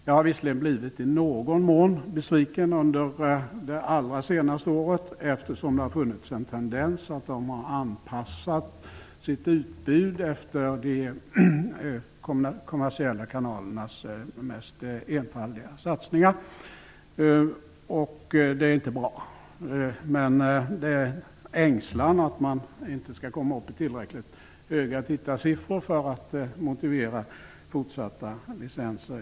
Jag har visserligen i någon mån blivit besviken under det allra senaste året eftersom det har funnits en tendens att dessa kanaler har anpassat sitt utbud efter de kommersiella kanalernas mest enfaldiga satsningar. Det är inte bra, men det beror på ängslan för att man inte skall få tillräckligt höga tittarsiffror för att motivera fortsatta licenser.